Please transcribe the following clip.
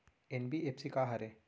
NBFC का हरे?